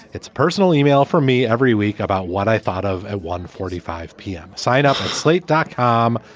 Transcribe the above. it's personal yeah e-mail for me every week about what i thought of at one forty five p m. sign up at slate dot com,